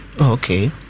okay